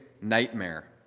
nightmare